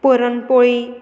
puran poli